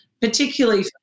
particularly